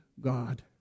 God